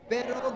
Pero